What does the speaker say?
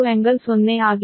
956∟0 ಆಗಿದೆ